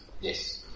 Yes